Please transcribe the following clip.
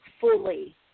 fully